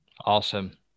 awesome